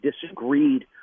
disagreed